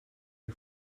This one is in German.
ihr